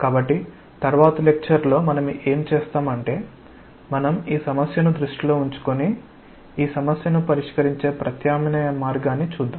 కాబట్టి తరువాతి లెక్చర్ లో మనం ఏమి చేస్తాం అంటే మనం ఈ సమస్యను దృష్టిలో ఉంచుకొని ఈ సమస్యను పరిష్కరించే ప్రత్యామ్నాయ మార్గాన్ని చూద్దాం